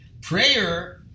prayer